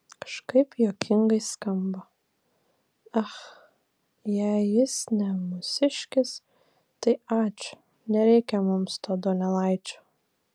kažkaip juokingai skamba ach jei jis ne mūsiškis tai ačiū nereikia mums to donelaičio